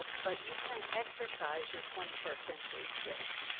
but you can exercise your twenty first century skills.